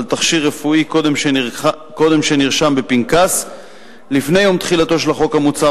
תכשיר רפואי קודם שנרשם בפנקס לפני יום תחילתו של החוק המוצע,